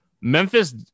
Memphis